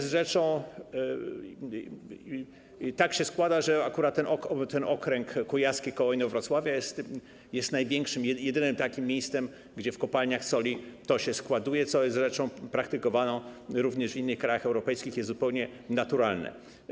Tak się składa, że akurat okręg kujawski koło Inowrocławia jest największym, jedynym takim miejscem, gdzie w kopalniach soli to się składuje, co jest rzeczą praktykowaną również w innych krajach europejskich, jest zupełnie naturalne.